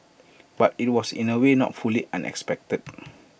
but IT was in A way not fully unexpected